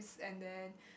and then